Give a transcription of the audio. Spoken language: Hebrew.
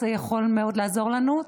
זה יכול מאוד לעזור לנו.